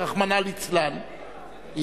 רחמנא ליצלן,